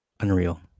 unreal